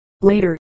Later